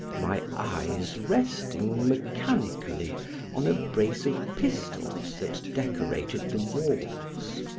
my eyes resting mechanically on a brace of pistols that decorated the walls.